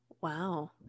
wow